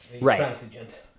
Right